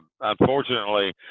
unfortunately